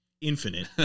infinite